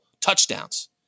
touchdowns